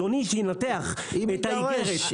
שאדוני ינתח את האיגרת.